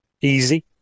easy